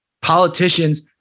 Politicians